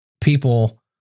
people